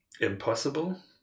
impossible